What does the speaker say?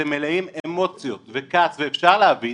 אתם מלאים אמוציות וכעס ואפשר להבין,